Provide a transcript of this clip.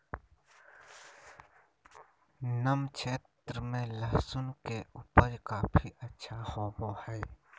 नम क्षेत्र में लहसुन के उपज काफी अच्छा होबो हइ